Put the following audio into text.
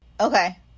Okay